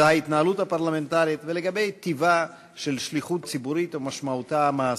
הפרלמנטרית ועל טיבה של שליחות ציבורית ומשמעותה המעשית.